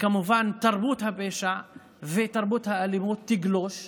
כמובן שתרבות הפשע ותרבות האלימות תגלוש,